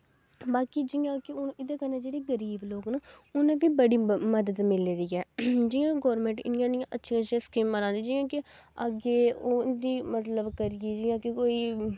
बाकी जियां कि हून एह्दे कन्नै जेह्ड़े गरीब लोग न उ'नें बी बड़ी मदद मिलदी ऐ जियां गौरमैंट इन्नियां इन्नियां अच्छियां अच्छियां स्कीमां ला दी जियां कि अग्गे उं'दी मतलब करियै जियां कि कोई